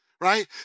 right